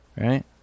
Right